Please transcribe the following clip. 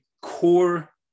core